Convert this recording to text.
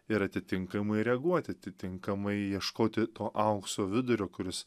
ir atitinkamai reaguoti atitinkamai ieškoti to aukso vidurio kuris